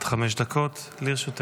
גברתי, עד חמש דקות לרשותך.